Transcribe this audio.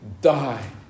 die